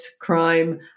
crime